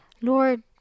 Lord